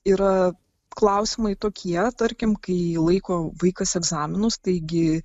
yra klausimai tokie tarkim kai laiko vaikas egzaminus taigi